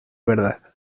verdad